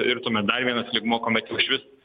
ir tuomet dar vienas lygmuo kuomet jau išvis